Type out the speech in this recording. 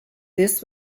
this